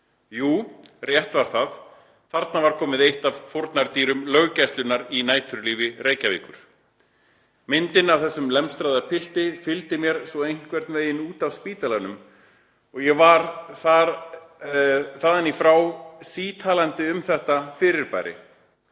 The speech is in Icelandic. Jú, rétt var það: þarna var komið eitt af fórnardýrum löggæslunnar í næturlífi Reykjavíkur. Myndin af þessum lemstraða pilti fylgdi mér svo einhvernveginn útaf spítalanum og ég var þaðanífrá sítalandi um þetta fyrirbæri.